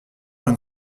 une